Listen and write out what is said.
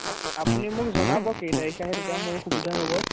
up আপুনি মোক জনাব কেই তাৰিখে আহে তেতিয়া মোৰ সুবিধা হ'ব